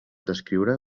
descriure